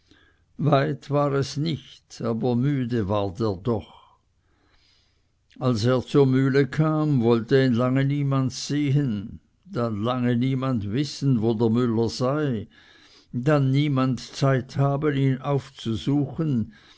weit war es nicht aber müde ward er doch als er zur mühle kam wollte ihn lange niemand sehen dann lange niemand wissen wo der müller sei dann niemand zeit haben ihn aufzusuchen